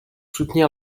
soutenir